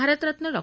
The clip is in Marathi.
भारतरत्न डॉ